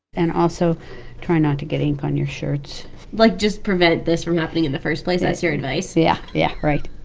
and also try not to get ink on your shirts like, just prevent this from happening in the first place? that's your advice yeah, yeah. right